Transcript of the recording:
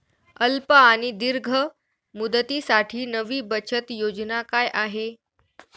अल्प आणि दीर्घ मुदतीसाठी नवी बचत योजना काय आहे?